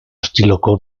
estiloko